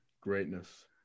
Greatness